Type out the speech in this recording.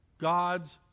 God's